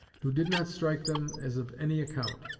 who did not strike them as of any account,